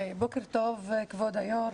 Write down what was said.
בוקר טוב כבוד היו"ר,